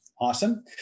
Awesome